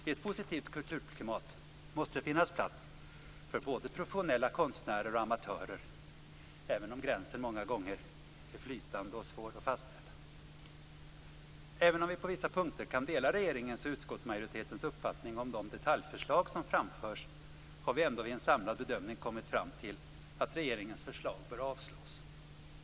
I ett positivt kulturklimat måste det finnas plats både för professionella konstnärer och för amatörer, även om gränsen många gånger är flytande och svår att fastställa. Även om vi på vissa punkter kan dela regeringens och utskottsmajoritetens uppfattning om de detaljförslag som framförs har vi vid en samlad bedömning kommit fram till att regeringens förslag bör avslås.